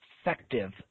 effective